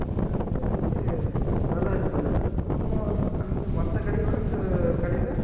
அதனால் ஓரளவுக்கு நல்லாயிருந்தது அப்புறம் அங்கே அந்த மற்ற கடையை விட இந்த கடையில்